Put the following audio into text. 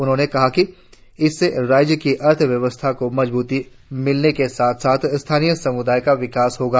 उन्होंने कहा कि इससे राज्य की अर्थव्यवस्था को मजबूती मिलने के साथ साथ स्थानीय सम्दायों का विकास होगा